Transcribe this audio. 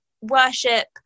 worship